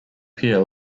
pier